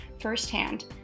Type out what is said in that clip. firsthand